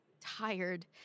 tired